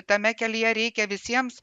tame kelyje reikia visiems